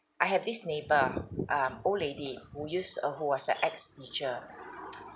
I have this neighbour um old lady who used uh who was a ex-teacher